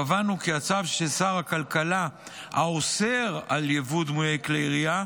קבענו כי הצו של שר הכלכלה האוסר יבוא דמויי כלי ירייה,